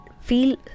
feel